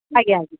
ଆଜ୍ଞା ଆଜ୍ଞା